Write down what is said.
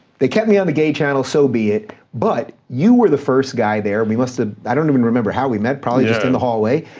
they kept me on the gay channel, so be it, but you were the first guy there, we must have, ah i don't even remember how we met, probably just in the hallway,